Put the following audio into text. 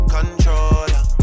Controller